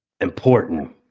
important